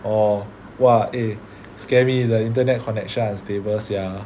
orh !wah! eh scare me the internet connection unstable sia